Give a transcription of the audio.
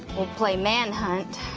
will play manhunt